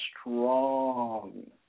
strong